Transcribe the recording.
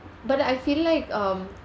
but then I feel like um